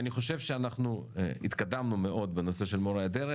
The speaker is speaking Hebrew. אני חושב שהתקדמנו מאוד בנושא של מורי הדרך,